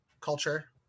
culture